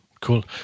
Cool